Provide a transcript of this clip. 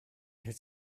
had